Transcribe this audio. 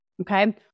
okay